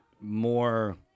more